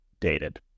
dated